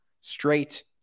straight